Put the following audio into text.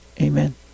amen